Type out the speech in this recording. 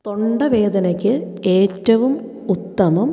തൊണ്ട വേദനക്ക് ഏറ്റവും ഉത്തമം